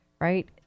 Right